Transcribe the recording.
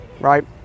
right